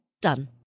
Done